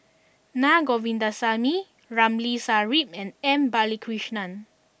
Naa Govindasamy Ramli Sarip and M Balakrishnan